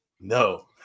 no